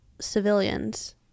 civilians